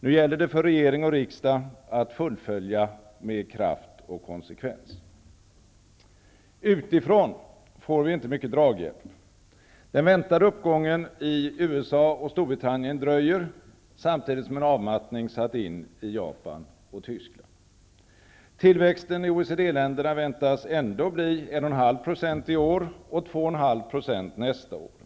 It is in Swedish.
Nu gäller det för regering och riksdag att fullfölja med kraft och konsekvens. Utifrån får vi inte mycket draghjälp. Den väntade uppgången i USA och Storbritannien dröjer samtidigt som en avmattning satt in i Japan och Tyskland. Tillväxten i OECD-länderna väntas ändå bli 1,5 % i år och 2,5 % nästa år.